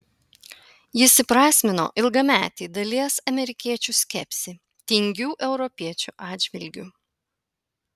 jis įprasmino ilgametį dalies amerikiečių skepsį tingių europiečių atžvilgiu